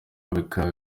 bikaba